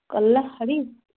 କଲରା ହରି